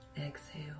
exhale